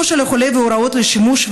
שמו של החולה והוראות לשימוש,